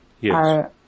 Yes